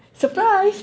surprise